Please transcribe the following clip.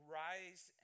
rise